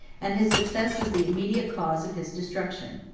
and his success was the immediate cause of his destruction.